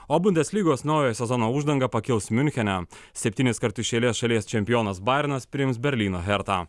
o bundeslygos naujojo sezono uždanga pakils miunchene septyniskart iš eilės šalies čempionas baernas priims berlyno hertą